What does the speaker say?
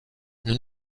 nous